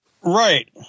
Right